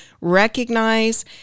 recognize